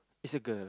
is a girl